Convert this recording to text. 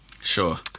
Sure